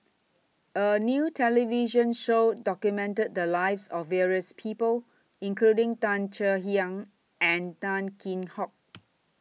A New television Show documented The Lives of various People including Tan Kek Hiang and Tan Kheam Hock